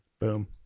boom